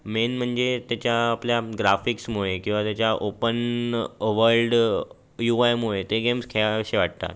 main म्हणजे तेच्या आपल्या ग्राफिक्समुळे किंवा तेच्या ओपन वाइल्ड इवायमुळे ते गेम्स खेळावेसे वाटतात